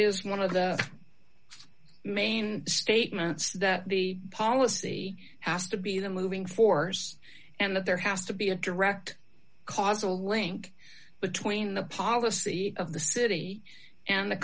is one of the main statements that the policy has to be the moving fours and that there has to be a direct causal link between the policy of the city and the